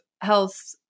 health